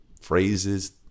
phrases